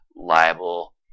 liable